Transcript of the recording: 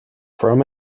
from